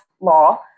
law